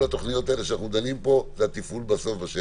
התוכניות האלה שאנחנו דנים עליהן פה זה התפעול בשטח.